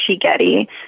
getty